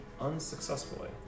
Unsuccessfully